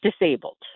disabled